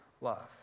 love